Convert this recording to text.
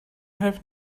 have